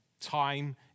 time